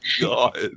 God